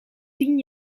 tien